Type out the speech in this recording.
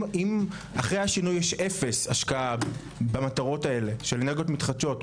אם אחרי השינוי יש אפס השקעה במטרות האלה של אנרגיות מתחדשות,